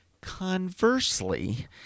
Conversely